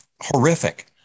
horrific